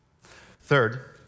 Third